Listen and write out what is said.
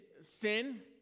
sin